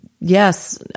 Yes